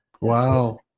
Wow